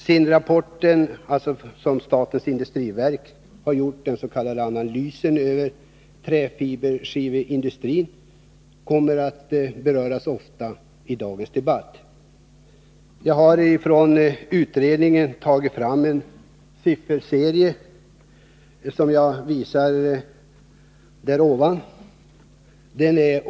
SIND-rapporten, den s.k. analysen över träfiberskiveindustrin som industriverket har gjort, kommer att beröras ofta i dagens debatt. Jag har från utredningen tagit fram en sifferserie som jag visar på kammarens bildskärm.